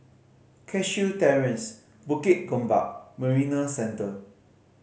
Cashew Terrace Bukit Gombak Marina Centre